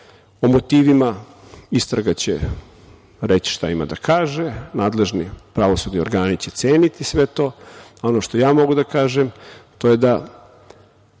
motivima istraga će reći šta ima da kaže, nadležni pravosudni organi će ceniti sve to, a ono što ja mogu da kažem, to je da